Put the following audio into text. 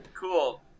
cool